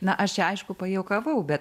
na aš čia aišku pajuokavau bet